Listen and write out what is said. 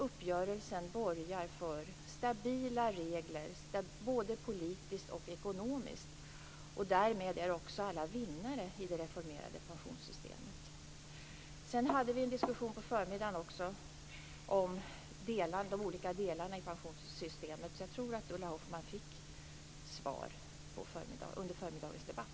Uppgörelsen borgar för stabila regler både politiskt och ekonomiskt. Därmed är också alla vinnare i det reformerade pensionssystemet. Vi hade en diskussion om de olika delarna i pensionssystemet i förmiddags. Jag tror att Ulla Hoffmann fick svar under förmiddagens debatt.